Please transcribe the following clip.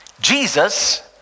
Jesus